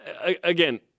again